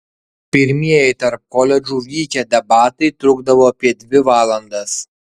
pirmieji tarp koledžų vykę debatai trukdavo apie dvi valandas